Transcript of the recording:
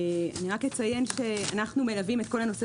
ואני רק אציין שאנחנו מלווים את כל הנושא